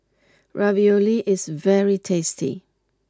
Ravioli is very tasty